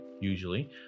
usually